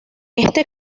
este